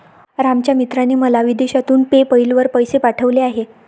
रामच्या मित्राने मला विदेशातून पेपैल वर पैसे पाठवले आहेत